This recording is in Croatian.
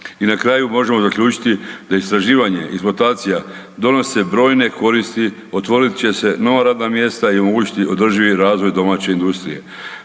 I na kraju možemo zaključiti da istraživanje i eksploatacija donose brojne koristi, otvorit će se nova radna mjesta i omogućiti održivi razvoj domaće industrije